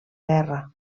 guerra